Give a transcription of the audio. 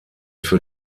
für